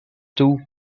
two